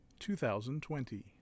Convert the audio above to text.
2020